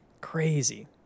crazy